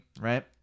right